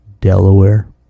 Delaware